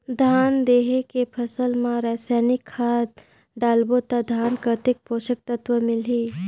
धान देंके फसल मा रसायनिक खाद डालबो ता धान कतेक पोषक तत्व मिलही?